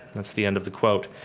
that's the end of the quote.